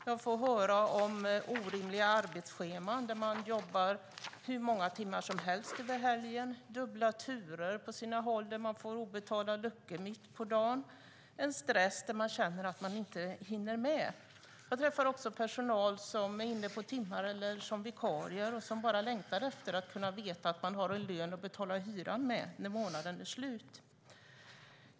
Jag får höra om orimliga arbetsscheman där man jobbar hur många timmar som helst över helgen och dubbla turer på sina håll där man får obetalda luckor mitt på dagen - en stress där man känner att man inte hinner med. Jag träffar också personal som är inne på timmar eller som vikarier och som bara längtar efter att kunna veta att man har en lön att betala hyran med när månaden är slut.